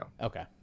Okay